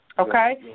Okay